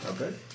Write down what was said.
Okay